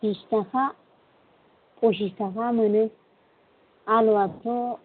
बिस थाखा फसिस थाखा मोनो आलुआथ'